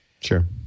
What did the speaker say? Sure